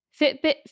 Fitbit